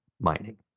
mining